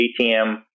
ATM